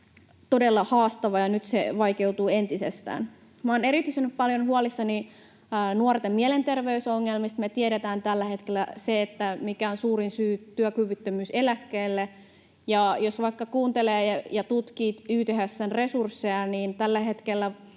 todella haastava, ja nyt se vaikeutuu entisestään. Olen erityisen paljon huolissani nuorten mielenterveysongelmista. Me tiedetään tällä hetkellä, mikä on suurin syy työkyvyttömyyseläkkeille, ja jos vaikka kuuntelee ja tutkii YTHS:n resursseja, niin tällä hetkellä